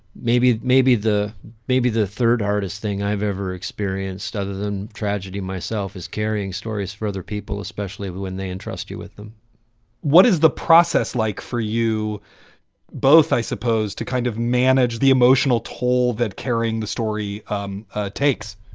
maybe maybe the maybe the third hardest thing i've ever experienced, other than tragedy myself is carrying stories for other people, especially when they entrust you with them what is the process like for you both, i suppose, to kind of manage the emotional toll that carrying the story um ah takes?